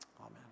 Amen